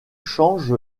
change